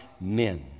men